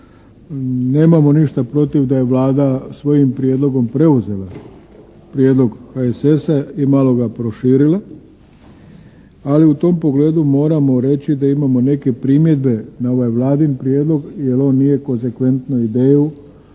Nemamo ništa protiv da je Vlada svojim prijedlogom preuzela prijedlog HSS-a i malo ga proširila, ali u tom pogledu moramo reći da imamo neke primjedbe na ovaj Vladin prijedlog jer on nije konzekventno ideju